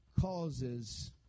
causes